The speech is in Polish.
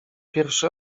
pierwszy